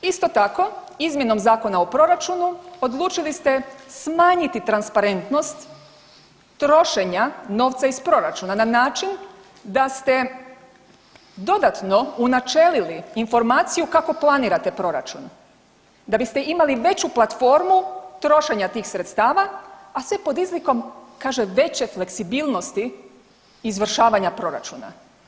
Isto tako izmjenom Zakona o proračunu odlučili se smanjiti transparentnost trošenja novca iz proračuna na način da ste dodatno unačelili informaciju kako planirate proračun da biste imali veću platformu trošenja tih sredstva, a sve pod izlikom kaže veće fleksibilnosti izvršavanja proračuna.